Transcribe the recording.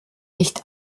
nicht